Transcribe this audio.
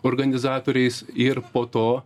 organizatoriais ir po to